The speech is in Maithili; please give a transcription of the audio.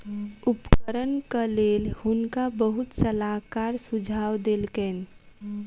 उपकरणक लेल हुनका बहुत सलाहकार सुझाव देलकैन